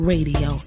Radio